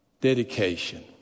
dedication